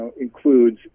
includes